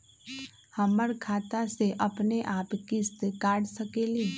हमर खाता से अपनेआप किस्त काट सकेली?